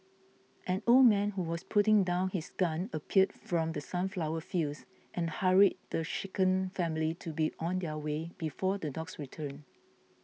an old man who was putting down his gun appeared from the sunflower fields and hurried the shaken family to be on their way before the dogs return